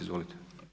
Izvolite.